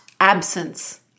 absence